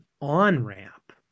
on-ramp